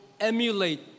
Emulate